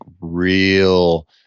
real